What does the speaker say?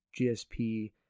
GSP